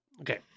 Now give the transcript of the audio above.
Okay